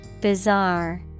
Bizarre